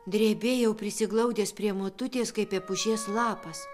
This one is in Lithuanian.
drebėjau prisiglaudęs prie motutės kaip epušės lapas